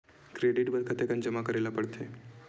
Credit बर कतेकन जमा करे ल पड़थे?